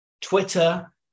Twitter